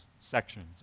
sections